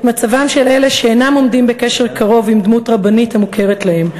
את מצבם של אלה שאינם עומדים בקשר קרוב עם דמות רבנית המוכרת להם.